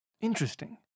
Interesting